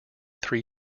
three